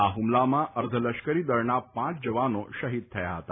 આ હુમલામાં અર્ધલશ્કરીદળના પાંચ જવાનો શહિદ થયા હતા